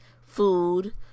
food